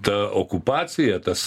ta okupacija tas